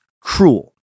cruel